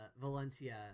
Valencia